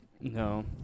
No